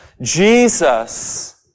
Jesus